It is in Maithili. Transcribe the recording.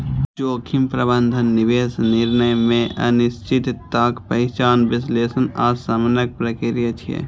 जोखिम प्रबंधन निवेश निर्णय मे अनिश्चितताक पहिचान, विश्लेषण आ शमनक प्रक्रिया छियै